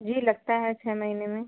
जी लगता है छः महीने में